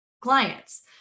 clients